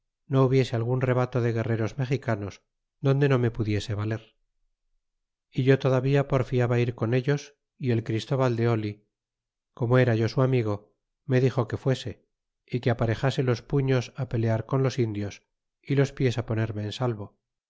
no hubiese algun rebato de guerreros mexicanos donde no me pudiese valer a yo todavía porfiaba ir con ellos y el christóbal de oh corno era yo su amigo me dixo que fuese y que aparejase los puños pe lear con los indios y los pies ponerme en salvo